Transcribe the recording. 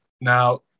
Now